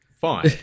fine